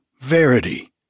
Verity